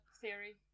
theory